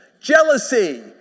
jealousy